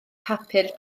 papur